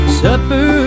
supper